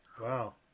wow